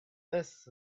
this